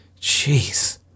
jeez